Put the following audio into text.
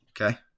Okay